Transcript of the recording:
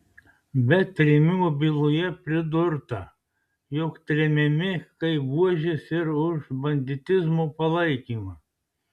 bet trėmimo byloje pridurta jog tremiami kaip buožės ir už banditizmo palaikymą